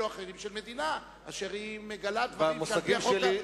או אחרים של מדינה אשר היא מגלה דברים שעל-פי החוק,